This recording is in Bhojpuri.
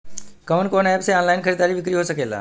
कवन कवन एप से ऑनलाइन खरीद बिक्री हो सकेला?